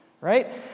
right